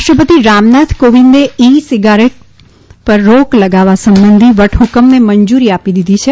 રાષ્ટ્રપતિ રામનાથ કોવિંદે e cigarette પર રોક લગાવવા સંબંધી વટહ્કમને મંજુરી આપી દીધી છે